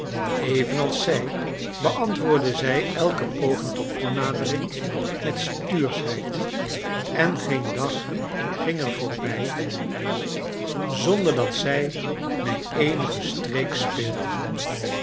evenals zij beantwoordde zij elke poging tot toenadering met stuurschheid en geen dag ging er voorbij zonder dat zij mij eenige streek speelde